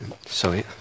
Sorry